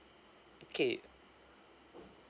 okay